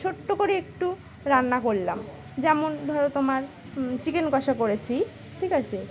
ছোট্ট করে একটু রান্না করলাম যেমন ধরো তোমার চিকেন কষা করেছি ঠিক আছে